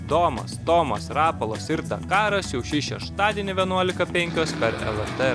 domas tomas rapolas ir dakaras jau šį šeštadienį vienuolika penkios per lrt